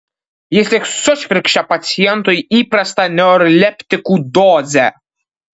jis tik sušvirkščia pacientui įprastą neuroleptikų dozę